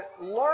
learn